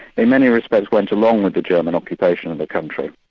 in many respects went along with the german occupation of the country,